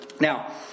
Now